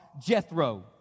Jethro